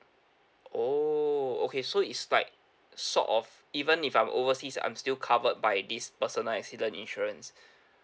oh okay so is like sort of even if I'm overseas I'm still covered by this personal accident insurance